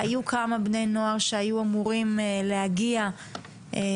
היו כמה בני נוער שהיו אמורים להגיע ואני